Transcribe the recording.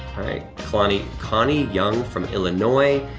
right, connie connie young from illinois.